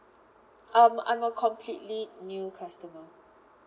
um I'm a completely new customer